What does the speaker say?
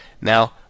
Now